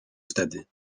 wtedy